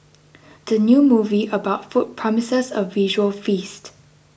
the new movie about food promises a visual feast